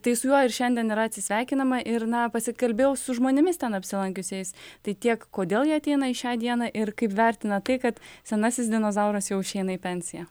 tai su juo ir šiandien yra atsisveikinama ir na pasikalbėjau su žmonėmis ten apsilankiusiais tai tiek kodėl jie ateina į šią dieną ir kaip vertina tai kad senasis dinozauras jau išeina į pensiją